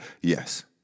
Yes